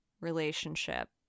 relationship